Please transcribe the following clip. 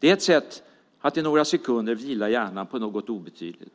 Det är ett sätt att i några sekunder vila hjärnan på något obetydligt.